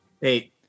Hey